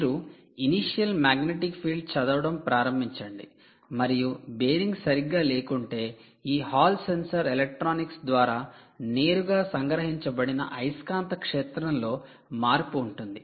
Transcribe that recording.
మీరు initial magnetic field చదవడం ప్రారంభించండి మరియు బేరింగ్ సరిగ్గా లేకుంటే ఈ హాల్ సెన్సార్ ఎలక్ట్రానిక్స్ ద్వారా నేరుగా సంగ్రహించబడిన అయస్కాంత క్షేత్రంలో మార్పు ఉంటుంది